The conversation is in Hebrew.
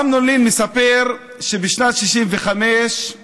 אמנון לין מספר שבשנת 1965 הוא